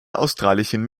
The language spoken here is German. australischen